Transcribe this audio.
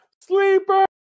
Sleeper